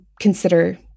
consider